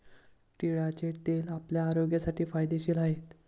तिळाचे तेल आपल्या आरोग्यासाठी फायदेशीर आहे